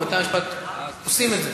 ובתי-המשפט עושים את זה.